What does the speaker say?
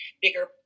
bigger